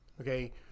Okay